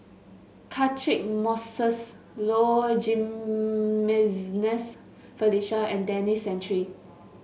Catchick Moses Low Jimenez Felicia and Denis Santry